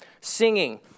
Singing